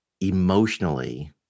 emotionally